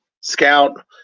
Scout